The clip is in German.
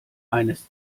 eines